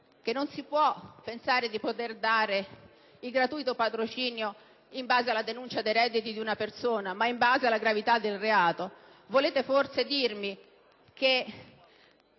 che non si può pensare di dare il gratuito patrocinio in base alla denuncia dei redditi di una persona, e che lo si deve fare in base alla gravità del reato. Volete forse dirmi che